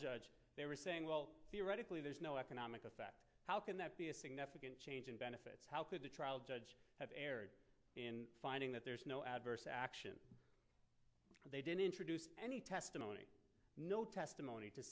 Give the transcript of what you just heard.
judge they were saying well theoretically there's no economic effect how can that be a significant change in benefits how could a trial judge have erred in finding that there's no adverse action they didn't introduce any test and no testimony to